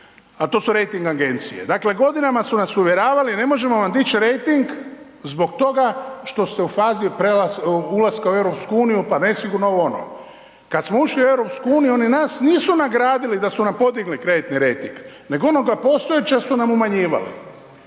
a to su rejting agencije. Dakle, godinama su nas uvjeravali ne možemo vam dići rejting zbog toga što ste u fazi ulaska u EU, pa nesigurno ovo ono. Kada smo ušli u EU oni nas nisu nagradili da su nam podigli kreditni rejting nego onoga postojeće su nam umanjivali.